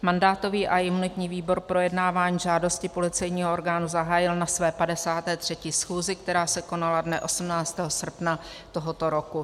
Mandátový a imunitní výbor projednávání žádosti policejního orgánu zahájil na své 53. schůzi, která se konala dne 18. srpna tohoto roku.